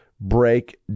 break